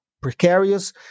precarious